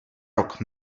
rok